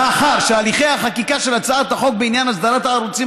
מאחר שהליכי החקיקה של הצעת החוק בעניין אסדרת הערוצים